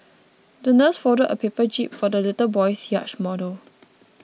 the nurse folded a paper jib for the little boy's yacht model